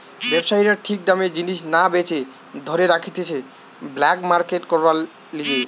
ব্যবসায়ীরা ঠিক দামে জিনিস না বেচে ধরে রাখতিছে ব্ল্যাক মার্কেট করার লিগে